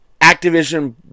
Activision